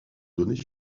données